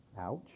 Ouch